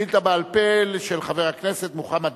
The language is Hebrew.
שאילתא בעל-פה של חבר הכנסת מוחמד